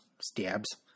Stabs